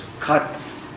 cuts